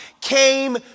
came